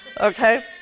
Okay